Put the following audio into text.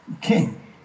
king